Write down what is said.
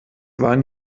waren